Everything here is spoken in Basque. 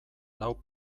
lau